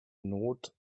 not